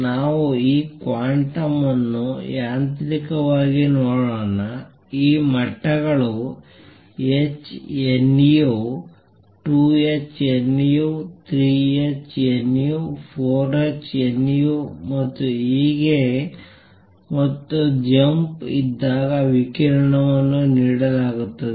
ನಾವು ಈ ಕ್ವಾಂಟಮ್ ಅನ್ನು ಯಾಂತ್ರಿಕವಾಗಿ ನೋಡೋಣ ಈ ಮಟ್ಟಗಳು h nu 2 h nu 3 h nu 4 h nu ಮತ್ತು ಹೀಗೆ ಮತ್ತು ಜಂಪ್ ಇದ್ದಾಗ ವಿಕಿರಣವನ್ನು ನೀಡಲಾಗುತ್ತದೆ